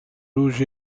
rouges